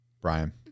brian